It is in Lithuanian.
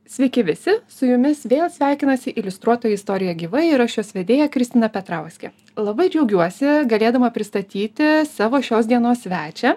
sveiki visi su jumis vėl sveikinasi iliustruotoji istorija gyvai ir aš jos vedėja kristina petrauskė labai džiaugiuosi galėdama pristatyti savo šios dienos svečią